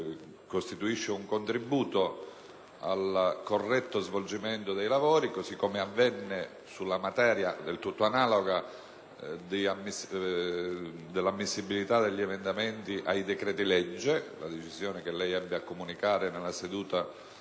costituisce un contributo al corretto svolgimento dei nostri lavori, cosıcome avvenne sulla materia, del tutto analoga, dell’ammissibilita degli emendamenti ai decreti-legge, con la decisione che lei ebbe a comunicare nella seduta